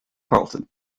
carleton